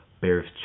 Bears